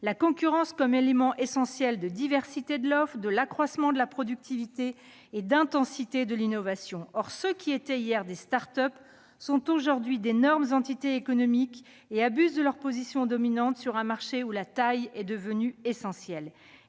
la concurrence comme facteur essentiel de diversité de l'offre, d'accroissement de la productivité et d'intensité de l'innovation. Or ceux qui étaient hier des start-up sont aujourd'hui d'énormes entités économiques, qui abusent de leurs positions dominantes sur un marché où la taille est devenue essentielle.